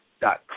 dot